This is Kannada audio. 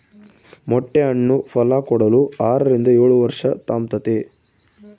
ಮೊಟ್ಟೆ ಹಣ್ಣು ಫಲಕೊಡಲು ಆರರಿಂದ ಏಳುವರ್ಷ ತಾಂಬ್ತತೆ